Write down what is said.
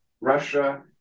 Russia